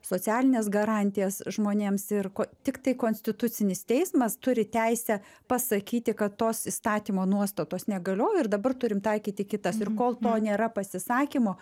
socialines garantijas žmonėms ir ko tiktai konstitucinis teismas turi teisę pasakyti kad tos įstatymo nuostatos negaliojo ir dabar turim taikyti kitas ir kol to nėra pasisakymo